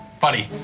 Buddy